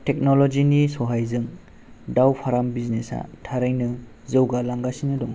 टेकनल'जिनि सहायजों दाव फाराम बिजिनेसया थारैनै जौगालांगासिनो दं